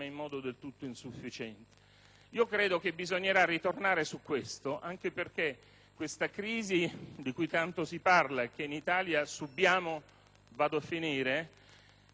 Credo che bisognerà tornare su questo, anche perché la crisi di cui tanto si parla e che in Italia subiamo ha delle origini